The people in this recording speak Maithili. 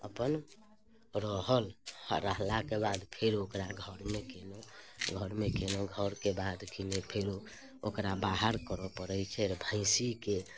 अपन रहल आ रहलाके बाद फेर ओकरा घरमे कयलहुँ घरमे कयलहुँ कयलाके बाद किने फेरो ओकरा बाहर करय पड़ैत छै भैँसीकेँ